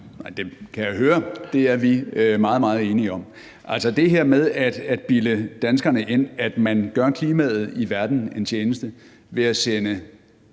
det kan jeg høre at vi er – meget, meget enige om. Det her med at bilde danskerne ind, at man gør klimaet i verden en tjeneste ved at sende